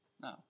No